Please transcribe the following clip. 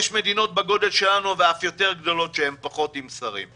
יש מדינות בגודל שלנו ואף יותר גדולות שהן עם פחות שרים.